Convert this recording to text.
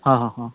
हां हां हां